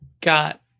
got